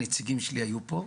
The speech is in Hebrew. אבל הנציגים שלי היו פה.